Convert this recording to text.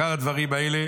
אחר הדברים האלה